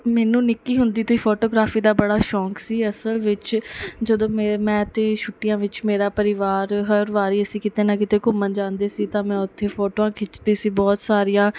ਮੈਨੂੰ ਨਿੱਕੀ ਹੁੰਦੀ ਤੋਂ ਹੀ ਫੋਟੋਗ੍ਰਾਫੀ ਦਾ ਬੜਾ ਸ਼ੌਂਕ ਸੀ ਅਸਲ ਵਿੱਚ ਜਦੋਂ ਮੇ ਮੈਂ ਅਤੇ ਛੁੱਟੀਆਂ ਵਿੱਚ ਮੇਰਾ ਪਰਿਵਾਰ ਹਰ ਵਾਰੀ ਅਸੀਂ ਕਿਤੇ ਨਾ ਕਿਤੇ ਘੁੰਮਣ ਜਾਂਦੇ ਸੀ ਤਾਂ ਮੈਂ ਉੱਥੇ ਫੋਟੋਆਂ ਖਿੱਚਦੀ ਸੀ ਬਹੁਤ ਸਾਰੀਆਂ